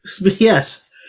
yes